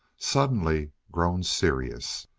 suddenly grown serious.